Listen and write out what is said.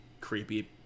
creepy